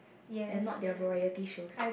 and not their variety shows